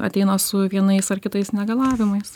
ateina su vienais ar kitais negalavimais